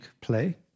play